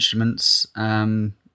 instruments